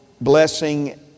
blessing